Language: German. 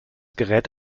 gerät